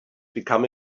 become